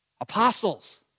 Apostles